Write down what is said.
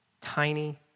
tiny